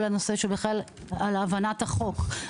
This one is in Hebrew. הבנת החוק,